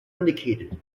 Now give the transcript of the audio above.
indicated